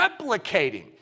replicating